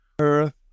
earth